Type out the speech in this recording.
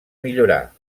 millorar